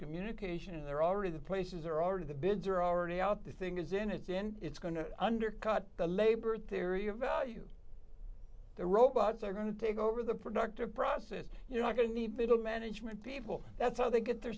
communication they're already the places are already the bids are already out the thing is in it then it's going to undercut the labor theory of value the robots are going to take over the productive process you're going to need they don't management people that's how they get their